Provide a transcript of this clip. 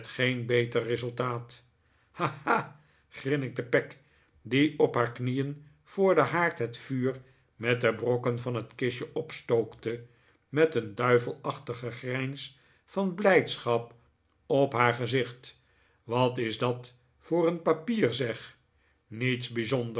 geen beter resultaat ha ha ha grinnikte peg die op h'aar knieen voor den haard het vuur met de brokken van het kistje opstookte met een duivelachtige grijns van blijdschap op haar gezicht wat is dat voor een papier zeg niets bijzonders